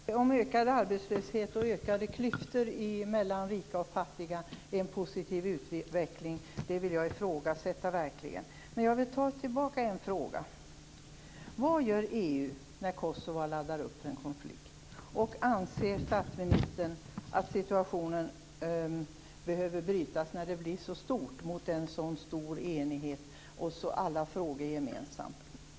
Fru talman! Om ökad arbetslöshet och ökade klyftor mellan rika och fattiga är en positiv utveckling vill jag verkligen ifrågasätta. Men jag vill komma tillbaka till ett par frågor. Vad gör EU när Kosova laddar upp för en konflikt? Anser statsministern att situationen behöver brytas när det blir så här stort? Jag tänker på det här med enighet - och så detta med att ha alla frågor gemensamt.